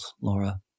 Laura